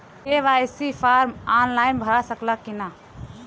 KYC form online भरा सकला की ना?